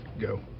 go